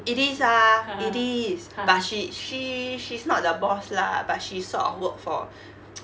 it is ah it is but she she she's not the boss lah but she sort of work for